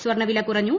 സ്വർണ വില കുറഞ്ഞു